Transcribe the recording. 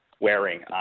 wearing